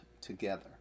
together